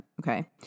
Okay